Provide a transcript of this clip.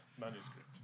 manuscript